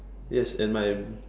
yes and my